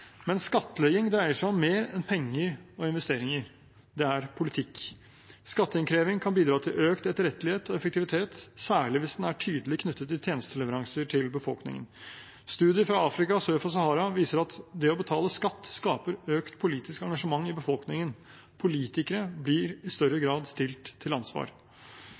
Men skattlegging dreier seg om mer enn penger og investeringer. Det er politikk. Skatteinnkreving kan bidra til økt etterrettelighet og effektivitet, særlig hvis den er tydelig knyttet til tjenesteleveranser til befolkningen. Studier fra Afrika sør for Sahara viser at det å betale skatt skaper økt politisk engasjement i befolkningen. Politikere blir i større grad stilt til ansvar.